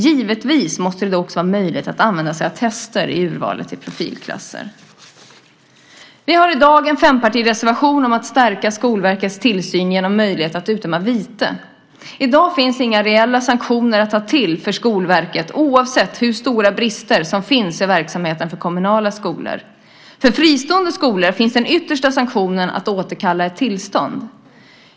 Givetvis måste det då också vara möjligt att använda sig av tester i urvalet till profilklasser. Vi har i dag en fempartireservation om att stärka Skolverkets tillsyn genom möjlighet att utdöma vite. I dag finns inga reella sanktioner att ta till för Skolverket oavsett hur stora brister som finns i verksamheten i kommunala skolor. För fristående skolor finns den yttersta sanktionen att återkalla ett tillstånd.